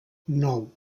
nou